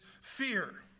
fear